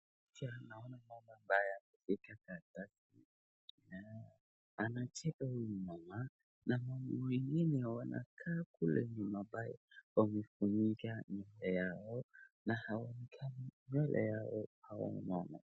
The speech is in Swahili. Picha naona mama ambaye anashika karatasi, anacheka huyu mama na mama wengine wanakaa kule nyuma ambao wamefunika nywele yao na hawaonekani nywele yao hawa wamama.